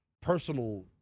personal